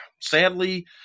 sadly